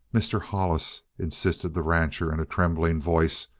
mr. hollis, insisted the rancher in a trembling voice,